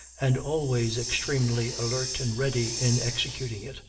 and always extremely alert, and ready in executing it,